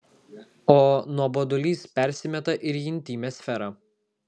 o nuobodulys persimeta ir į intymią sferą